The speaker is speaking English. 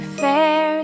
fair